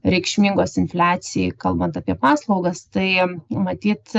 reikšmingos infliacijai kalbant apie paslaugas tai matyt